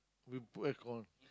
we put air con